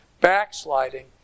Backsliding